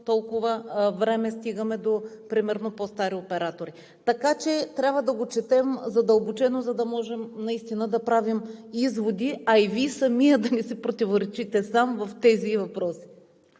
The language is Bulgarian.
толкова време стигаме до примерно по-стари оператори. Така че трябва да го четем задълбочено, за да можем наистина да правим изводи, а и Вие да не си противоречите сам в тези въпроси.